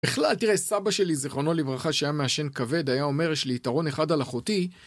בכלל, תראה, סבא שלי, זכרונו לברכה, שהיה מעשן כבד, היה אומר, יש לי יתרון אחד על אחותי,